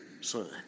son